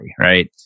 right